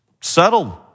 settled